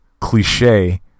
cliche